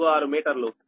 07746 మీటర్లు